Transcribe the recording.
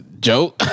Joe